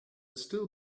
still